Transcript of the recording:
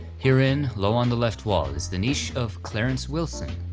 herein, low on the left wall, is the niche of clarence wilson.